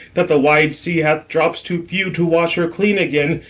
that the wide sea hath drops too few to wash her clean again,